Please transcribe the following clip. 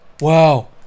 wow